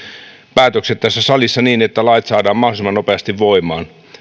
päätökset tässä salissa niin että lait saadaan mahdollisimman nopeasti voimaan